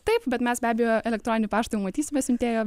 taip bet mes be abejo elektroninį paštą jau matysime siuntėjo